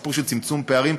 הסיפור של צמצום פערים.